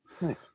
Nice